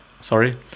sorry